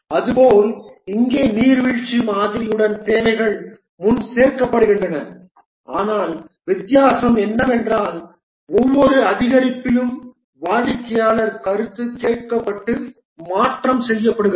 அதுபோல் இங்கே நீர்வீழ்ச்சி மாதிரியுடன் தேவைகள் முன் சேகரிக்கப்படுகின்றன ஆனால் வித்தியாசம் என்னவென்றால் ஒவ்வொரு அதிகரிப்பிலும் வாடிக்கையாளர் கருத்து கேட்டகப்பட்டு மாற்றம் செய்யப்படுகிறது